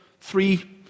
three